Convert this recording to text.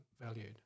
valued